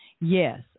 Yes